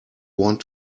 want